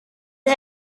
her